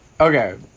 Okay